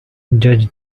judge